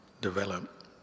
develop